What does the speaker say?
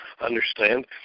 understand